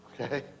okay